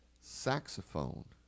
Saxophone